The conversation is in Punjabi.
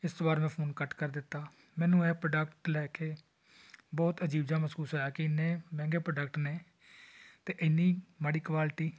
ਇਸ ਵਾਰ ਮੈਂ ਫੋਨ ਕੱਟ ਕਰ ਦਿੱਤਾ ਮੈਨੂੰ ਇਹ ਪ੍ਰੋਡਕਟ ਲੈ ਕੇ ਬਹੁਤ ਅਜੀਬ ਜਿਹਾ ਮਹਿਸੂਸ ਹੋਇਆ ਕਿ ਐਨੇ ਮਹਿੰਗੇ ਪ੍ਰੋਡਕਟ ਨੇ ਅਤੇ ਐਨੀ ਮਾੜੀ ਕੁਆਲਿਟੀ